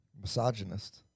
Misogynist